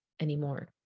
anymore